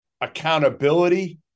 accountability